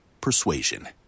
persuasion